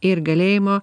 ir galėjimo